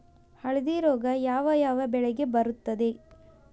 ಹಳದಿ ರೋಗ ಯಾವ ಯಾವ ಬೆಳೆಗೆ ಬರುತ್ತದೆ?